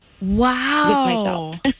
Wow